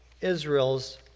Israel's